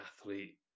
athlete